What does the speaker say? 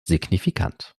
signifikant